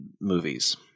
movies